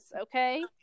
okay